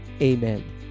amen